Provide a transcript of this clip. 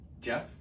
Jeff